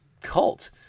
cult